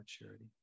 maturity